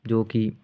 ਜੋ ਕਿ